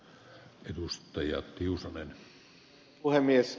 arvoisa herra puhemies